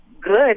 good